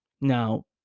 Now